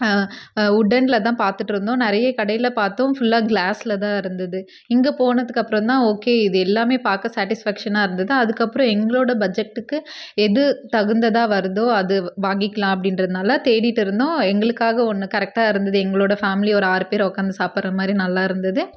வுடனில்தான் பார்த்துட்டுருந்தோம் நிறையா கடைகளை பார்த்தோம் ஃபுல்லாக கிளாஸ்லதான் இருந்துது இங்கே போனதுக்கு அப்புறம் தான் ஓகே இது எல்லாம் பார்க்க சாடிஸ்பக்சனாக இருந்துது அதுக்கு அப்புறம் எங்களோட பட்ஜெட்க்கு எது தகுந்ததாக வருதோ அது வாங்கிக்கலாம் அப்படின்றதுனால தேடிகிட்டு இருந்தோம் எங்களுக்குக்காக ஒன்று கரெட்டாக இருந்துது எங்களோட ஃபேமிலி ஒரு ஆறு பேர் உக்காந்து சாப்பிட்றமாரி நல்லா இருந்துது